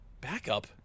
backup